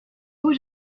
beau